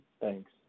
Thanks